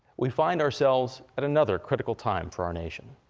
we find ourselves at another critical time for our nation.